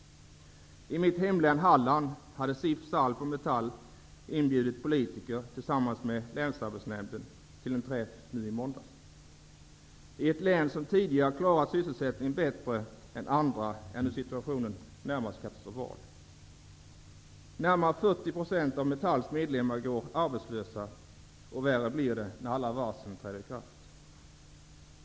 I mitt hemlän Halland hade SIF, SALF och Metall inbjudit politiker tillsammans med Länsarbetsnämnden till en träff i måndags. I ett län som tidigare klarat sysselsättningen bättre än andra är nu situationen närmast katastrofal. Närmare 40 % av Metalls medlemmar går arbetslösa, och värre blir det när alla varslen träder i kraft.